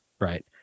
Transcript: right